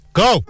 go